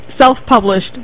self-published